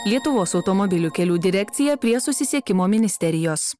lietuvos automobilių kelių direkcija prie susisiekimo ministerijos